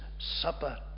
supper